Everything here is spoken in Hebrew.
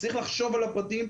צריך לחשוב על הפרטים,